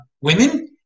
women